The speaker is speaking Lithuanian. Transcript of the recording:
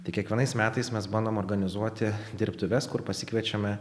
tai kiekvienais metais mes bandom organizuoti dirbtuves kur pasikviečiame